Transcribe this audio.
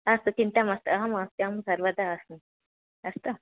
अस्तु चिन्ता मास्तु अहम् अस्मि अहं सर्वदा अस्मि अस्तु